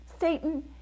Satan